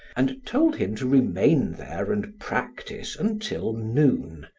and told him to remain there and practice until noon,